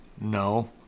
No